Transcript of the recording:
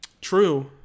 True